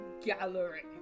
Gallery